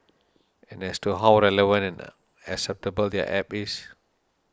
and as to how relevant and acceptable their App is